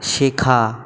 শেখা